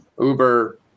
uber